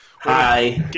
Hi